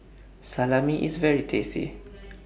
Salami IS very tasty